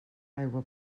aigua